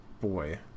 boy